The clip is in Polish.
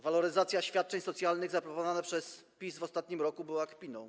Waloryzacja świadczeń socjalnych zaproponowana przez PiS w ostatnim roku była kpiną.